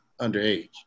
underage